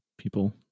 people